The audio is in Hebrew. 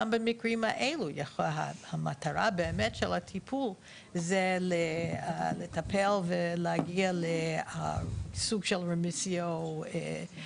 גם במקרים האלו המטרה של הטיפול היא לטפל ולהגיע לסוג של ירידת